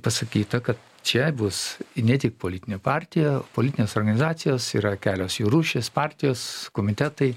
pasakyta kad čia bus ne tik politinė partija politinės organizacijos yra kelios jų rūšys partijos komitetai